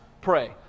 pray